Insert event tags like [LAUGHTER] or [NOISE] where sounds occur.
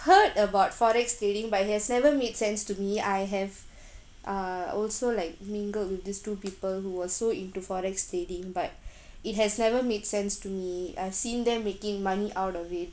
heard about FOREX trading but it has never made sense to me I have [BREATH] uh also like mingled with these two people who were so into FOREX trading but [BREATH] it has never made sense to me I've seen them making money out of it